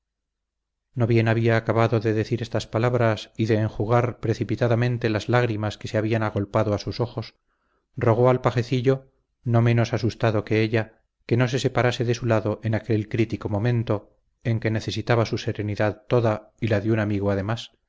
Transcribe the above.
no bien había acabado de decir estas palabras y de enjugar precipitadamente las lágrimas que se habían agolpado a sus ojos rogó al pajecillo no menos asustado que ella que no se separase de su lado en aquel crítico momento en que necesitaba su serenidad toda y la de un amigo además